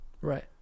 Right